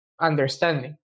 understanding